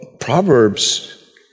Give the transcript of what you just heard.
Proverbs